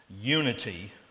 unity